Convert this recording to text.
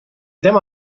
tema